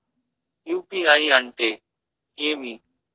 UPI అంటే ఏమి?